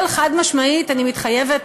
אבל חד-משמעית אני מתחייבת